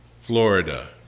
Florida